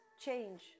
change